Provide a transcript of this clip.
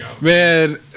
Man